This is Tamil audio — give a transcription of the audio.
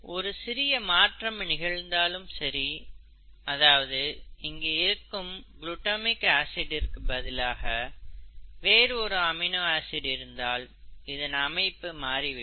ஒரு சிறிய மாற்றம் நிகழ்ந்தாலும் சரி அதாவது இங்கே இருக்கும் குளுடமிக் ஆசிடுக்கு பதிலாக வேறு ஒரு அமினோ ஆசிட் இருந்தால் இதன் அமைப்பு மாறி விடும்